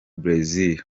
brazil